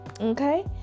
Okay